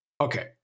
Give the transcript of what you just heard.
Okay